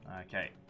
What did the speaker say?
Okay